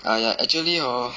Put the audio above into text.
!aiya! actually hot